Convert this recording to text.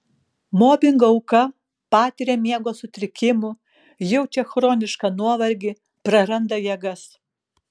mobingo auka patiria miego sutrikimų jaučia chronišką nuovargį praranda jėgas